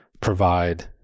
provide